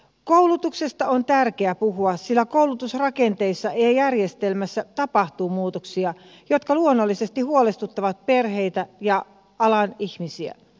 koulutuksesta on tärkeää puhua sillä koulutusrakenteissa ja järjestelmässä tapahtuu muutoksia jotka luonnollisesti huolestuttavat perheitä ja alan ihmisiä